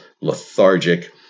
lethargic